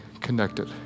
connected